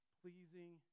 pleasing